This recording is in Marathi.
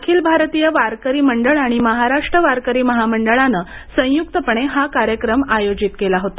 अखिल भारतीय वारकरी मंडळ आणि महाराष्ट्र वारकरी महामंडळानं संयुक्तपणे हा कार्यक्रम आयोजित केला होता